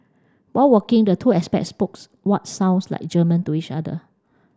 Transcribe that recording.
while walking the two expats spokes what sounds like German to each other